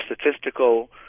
statistical